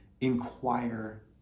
inquire